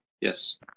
Yes